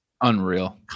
unreal